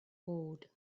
gold